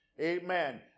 Amen